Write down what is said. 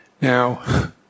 Now